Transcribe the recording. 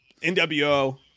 NWO